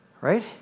Right